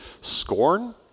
scorn